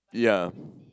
ya